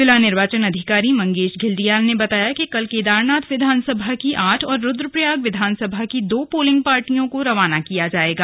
जिला निर्वाचन अधिकारी मंगेश धिल्डियाल ने बताया कि कल केदारनाथ विधानसभा की आठ और रुद्रप्रयाग विधानसभा की दो पोलिंग पार्टियों को रवाना किया जाएगा